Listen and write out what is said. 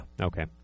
Okay